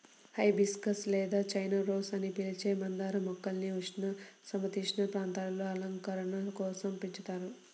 hibiscus లేదా China rose అని పిలిచే మందార మొక్కల్ని ఉష్ణ, సమసీతోష్ణ ప్రాంతాలలో అలంకరణ కోసం పెంచుతారు